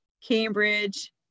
cambridge